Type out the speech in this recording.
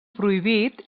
prohibit